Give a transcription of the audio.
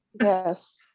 Yes